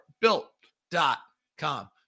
built.com